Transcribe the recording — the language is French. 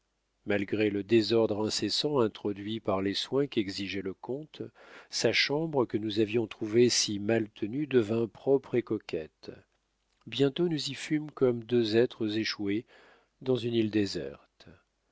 malgré le désordre incessant introduit par les soins qu'exigeait le comte sa chambre que nous avions trouvée si mal tenue devint propre et coquette bientôt nous y fûmes comme deux êtres échoués dans une île déserte